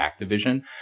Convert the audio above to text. Activision